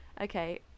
Okay